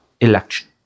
election